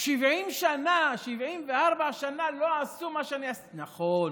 70 שנה, 74 שנה לא עשו, נכון,